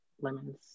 Lemons